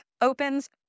opens